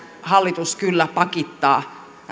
hallitus kyllä pakittaa